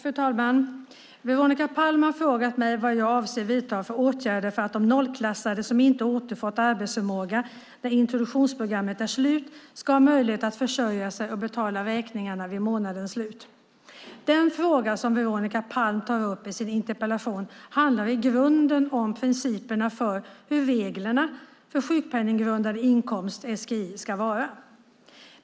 Fru talman! Veronica Palm har frågat mig vad jag avser att vidta för åtgärder för att de nollklassade, som inte återfått arbetsförmåga när introduktionsprogrammet är slut, ska ha möjlighet att försörja sig och betala räkningarna vid månadens slut. Den fråga som Veronica Palm tar upp i sin interpellation handlar i grunden om principerna för hur reglerna för sjukpenninggrundande inkomst, SGI, ska vara.